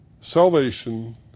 Salvation